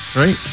right